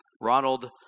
Ronald